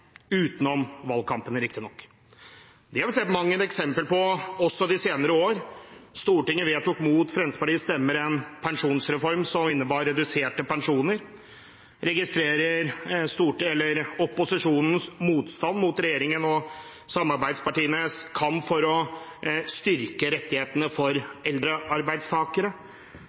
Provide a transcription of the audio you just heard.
Det har vi sett mangt et eksempel på også de senere år. Stortinget vedtok mot Fremskrittspartiets stemmer en pensjonsreform som innebar reduserte pensjoner. Jeg registrerer opposisjonens motstand mot regjeringen og samarbeidspartienes kamp for å styrke rettighetene for